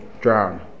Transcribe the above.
drown